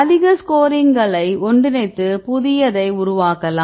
அதிக ஸ்கோரிங்களை ஒன்றிணைத்து புதியதை உருவாக்கலாம்